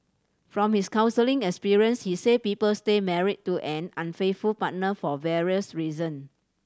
from his counselling experience he said people stay married to an unfaithful partner for various reason